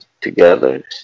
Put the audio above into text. together